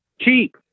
Cheap